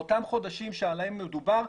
באותם חודשים עליהם מדובר,